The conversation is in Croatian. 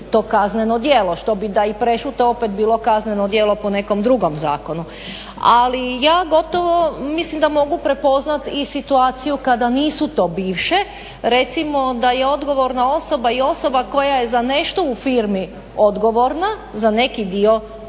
to kazneno djelo što bi da i prešute opet bilo kazneno djelo po nekom drugom zakonu. Ali ja gotovo mislim da mogu prepoznati i situaciju kada nisu to biše. Recimo da je odgovorna osoba i osoba koja je za nešto u firmi odgovorna, za neki dio